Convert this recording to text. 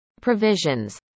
Provisions